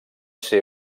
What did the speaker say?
ser